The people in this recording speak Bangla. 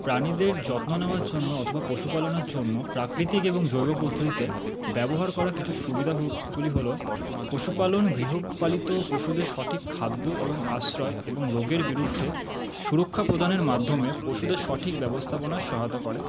প্রাণীদের যত্ন নেওয়ার জন্য অথবা পশুপালনের জন্য প্রাকৃতিক এবং জৈব পদ্ধতিতে ব্যবহার করা কিছু সুবিধাগুলি হলো পশুপালন গৃহপালিত পশুদের সঠিক খাদ্য এবং আশ্রয় এবং রোগের বিরুদ্ধে সুরক্ষা প্রদানের মাধ্যমে পশুদের সঠিক ব্যবস্থাপনার সহায়তা করে